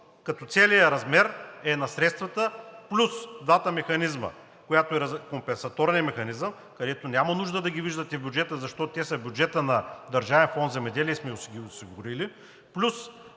Като целият размер е на средствата плюс двата механизма, който е компенсаторният механизъм, които няма нужда да виждате в бюджета, защото те са в бюджета на Държавен фонд „Земеделие“ и сме ги осигурили, плюс